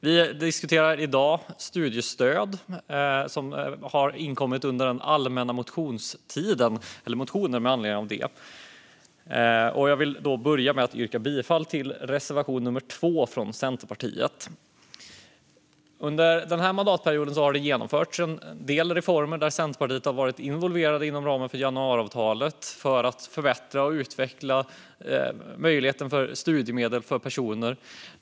Vi diskuterar i dag studiestöd med anledning av motioner som inkommit under den allmänna motionstiden. Jag vill börja med att yrka bifall till reservation 2 från Centerpartiet. Under mandatperioden har det genomförts en del reformer där Centerpartiet inom ramen för januariavtalet har varit involverade för att förbättra och utveckla möjligheten till studiemedel.